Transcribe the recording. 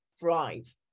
thrive